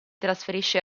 trasferisce